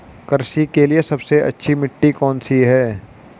कृषि के लिए सबसे अच्छी मिट्टी कौन सी है?